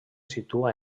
situa